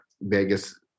Vegas